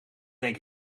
denk